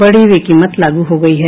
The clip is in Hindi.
बढ़ी हुई कीमत लागू हो गयी है